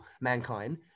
mankind